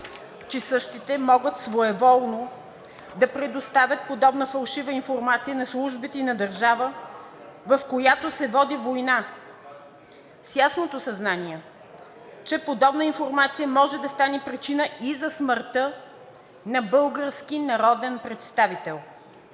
че същите могат своеволно да предоставят подобна фалшива информация на службите и на държава, в която се води война, с ясното съзнание, че подобна информация може да стане причина и за смъртта на български народен представител.